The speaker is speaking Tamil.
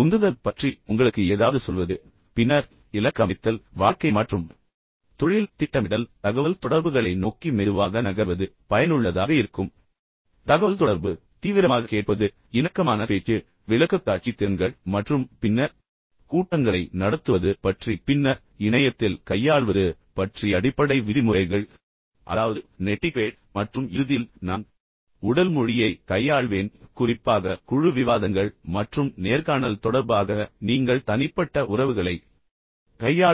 உந்துதல் பற்றி உங்களுக்கு ஏதாவது சொல்வது பின்னர் இலக்கு அமைத்தல் வாழ்க்கை மற்றும் தொழில் திட்டமிடல் பின்னர் தகவல்தொடர்புகளை நோக்கி மெதுவாக நகர்வது பயனுள்ளதாக இருக்கும் தகவல்தொடர்பு தீவிரமாக கேட்பது இணக்கமான பேச்சு விளக்கக்காட்சி திறன்கள் மற்றும் பின்னர் கூட்டங்களை நடத்துவது பற்றி பின்னர் இணையத்தில் கையாள்வது பற்றிய அடிப்படை விதிமுறைகள் அதாவது நெட்டிக்வேட் மற்றும் இறுதியில் நான் உடல் மொழி கையாள்வேன் குறிப்பாக குழு விவாதங்கள் மற்றும் நேர்காணல் தொடர்பாக பொதுவாக நீங்கள் தனிப்பட்ட மற்றும் தனிப்பட்ட உறவுகளைக் கையாளும் போது